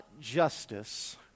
justice